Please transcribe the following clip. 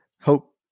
hope